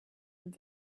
had